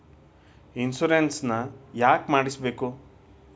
Insurance ಯಾಕ್ ಮಾಡಿಸಬೇಕು?